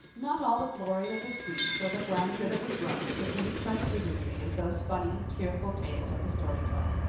not all the glory that was greece or the grandeur that was rome could weave such wizardry as those funny, tearful tales of the story club.